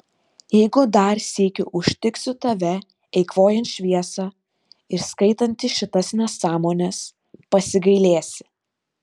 jeigu dar sykį užtiksiu tave eikvojantį šviesą ir skaitantį šitas nesąmones pasigailėsi